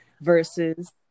versus